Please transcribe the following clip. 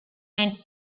and